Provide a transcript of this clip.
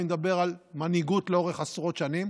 אני מדבר על מנהיגות לאורך עשרות שנים